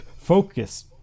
focus